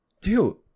dude